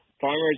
farmers